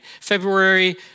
February